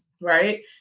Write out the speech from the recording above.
Right